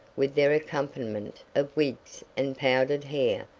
with their accompaniment of wigs and powdered hair,